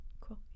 Cool